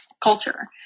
culture